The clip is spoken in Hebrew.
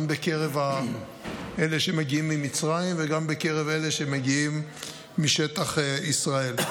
גם בקרב אלה שמגיעים ממצרים וגם בקרב אלה שמגיעים משטח ישראל.